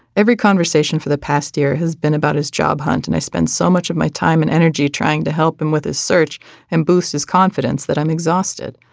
every conversation for the past year has been about his job hunt and i spend so much of my time and energy trying to help him with his search and boost his confidence that i'm exhausted.